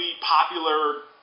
popular